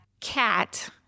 Cat